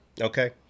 Okay